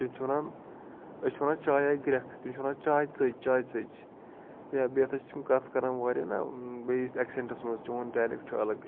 تِم چھِ وَنان أسۍ چھِ وَنان چایہِ آیہِ گرٮ۪کھ تِم چھِ وَنان چاے ژٔج چاے ژٔج یا بیٚیہِ ہَسا چھِ تِم کَتھ کران واریاہ نا بیٚیِس اٮ۪کسٮ۪نٛٹَس منٛز چون ڈایلٮ۪کٹ چھُ الگ